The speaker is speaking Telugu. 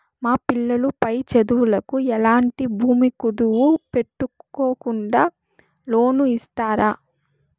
మా పిల్లలు పై చదువులకు ఎట్లాంటి భూమి కుదువు పెట్టుకోకుండా లోను ఇస్తారా